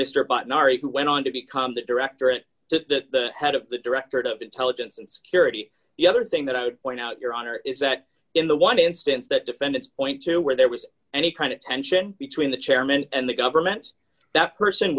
mr bott nari who went on to become the directorate to the head of the directorate of intelligence and security the other thing that i would point out your honor is that in the one instance that defendants point to where there was any kind of tension between the chairman and the government that person